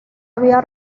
había